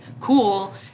cool